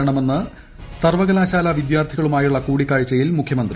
വേണമെന്ന് സർവകലാശ്രാല പിദ്യാർത്ഥികളുമായുള്ള കൂടിക്കാഴ്ചയിൽ മുഖ്യമീന്തി